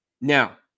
Now